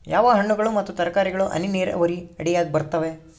ಯಾವ ಹಣ್ಣುಗಳು ಮತ್ತು ತರಕಾರಿಗಳು ಹನಿ ನೇರಾವರಿ ಅಡಿಯಾಗ ಬರುತ್ತವೆ?